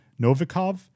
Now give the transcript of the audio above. Novikov